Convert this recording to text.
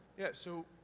yeah, so,